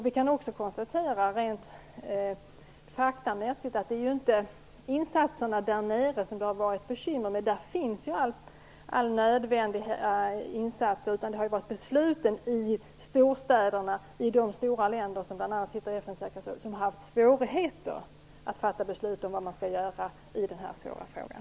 Vi kan också konstatera rent faktamässigt att det inte är insatserna där nere som det har varit bekymmer med. Där finns ju alla nödvändiga insatser. Det har ju varit i storstäderna i de stora länder som bl.a. sitter i FN:s säkerhetsråd som man har haft svårigheter att fatta beslut om vad man skall göra i den här svåra frågan.